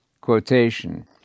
quotation